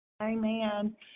Amen